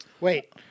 Wait